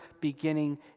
beginning